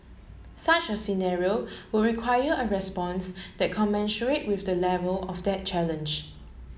such a scenario would require a response that commensurate with the level of that challenge